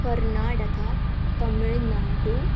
Karnataka Tamil Nadu